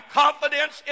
confidence